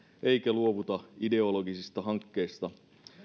eikä luovuta ideologisista hankkeista